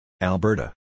Alberta